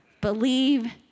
Believe